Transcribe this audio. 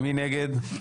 מי נגד?